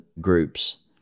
groups